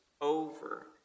over